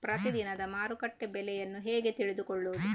ಪ್ರತಿದಿನದ ಮಾರುಕಟ್ಟೆ ಬೆಲೆಯನ್ನು ಹೇಗೆ ತಿಳಿದುಕೊಳ್ಳುವುದು?